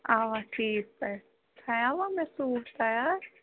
اَوا ٹھیٖک پٲٹھۍ تھَیاوا مےٚ سوٗٹ تَیار